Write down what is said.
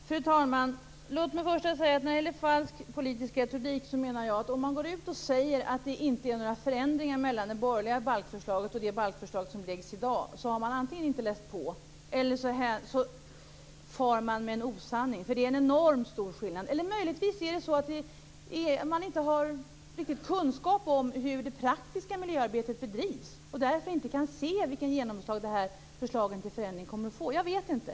Fru talman! Låt mig först säga att när det gäller falsk politisk retorik menar jag att om man går ut och säger att det inte är några skillnader mellan det borgerliga balkförslaget och det balkförslag som nu föreligger, har man antingen inte läst på eller också far man med osanning. Det är nämligen en enormt stor skillnad. Möjligen är det så att man inte har riktig kunskap om hur det praktiska miljöarbetet bedrivs och därför inte kan se vilket genomslag detta förslag till förändring kommer att få. Jag vet inte.